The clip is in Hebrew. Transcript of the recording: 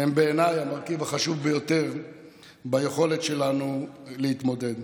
זה בעיניי המרכיב החשוב ביותר ביכולת שלנו להתמודד.